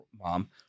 mom